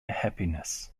happiness